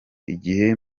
igihe